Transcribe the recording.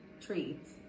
treats